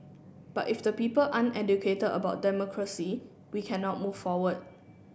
but if the people aren't educated about democracy we cannot move forward